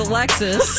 Alexis